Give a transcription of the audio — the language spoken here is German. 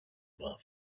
war